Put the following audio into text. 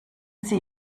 sie